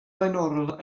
flaenorol